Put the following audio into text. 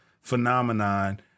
phenomenon